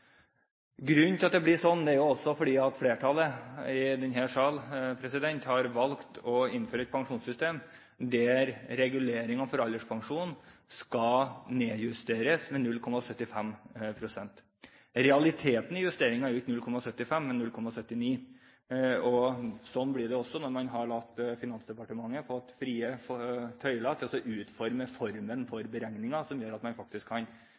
Grunnen til at det har blitt slik, er at flertallet i denne sal har valgt å innføre et pensjonssystem der reguleringene for alderspensjon skal nedjusteres med 0,75 pst. Realiteten i justeringen er ikke 0,75 pst., men 0,79 pst. Slik blir det når man har latt Finansdepartementet få frie tøyler til å utforme formen for beregningen, som gjør at man fra regjeringens side faktisk kan